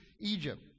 Egypt